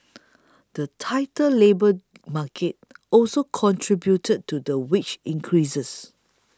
the tighter labour market also contributed to the wage increases